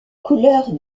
couleurs